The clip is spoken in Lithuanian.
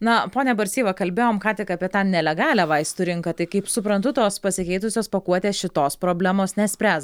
na pone barci va kalbėjom ką tik apie tą nelegalią vaistų rinką tai kaip suprantu tos pasikeitusios pakuotės šitos problemos nespręs